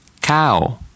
cow